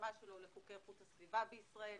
בהתאמה שלו לחוקי איכות הסביבה בישראל,